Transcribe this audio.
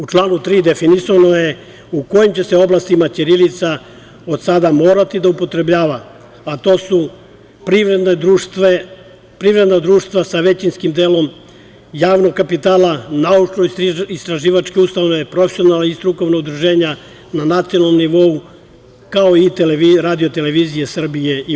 U članu 3. definisano je u kojim će oblastima ćirilica od sada morati da se upotrebljava, a to su privredna društva sa većinskim delom javnog kapitala, naučno-istraživačke ustanove, profesionalna i strukovna udruženja na nacionalnom nivou, kao i RTS i RTV.